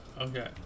Okay